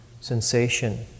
sensation